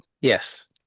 Yes